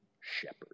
shepherd